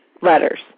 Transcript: letters